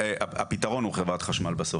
הפתרון הוא חברת חשמל בסוף.